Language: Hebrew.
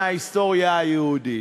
מההיסטוריה היהודית.